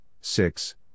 six